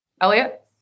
Elliot